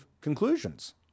conclusions